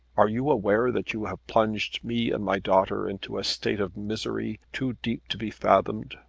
are you aware that you have plunged me and my daughter into a state of misery too deep to be fathomed?